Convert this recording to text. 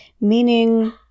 meaning